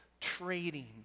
trading